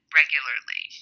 regularly